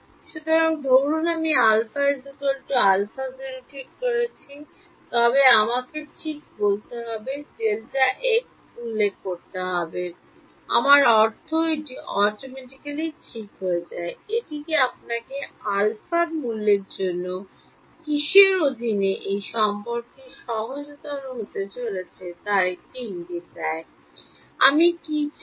সুতরাং ধরুন আমি α α0 ঠিক করেছি তবে আমাকে ঠিক বলতে হবে Δx উল্লেখ করতে হবে আমার অর্থ এটি স্বয়ংক্রিয়ভাবে ঠিক হয়ে যায় এটি কি আপনাকে আলফার মূল্যের জন্য কীসের অধীনে এই সম্পর্কটি সহজতর হতে চলেছে তার একটি ইঙ্গিত দেয় আমরা কি চাই